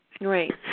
Right